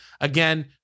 Again